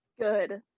Good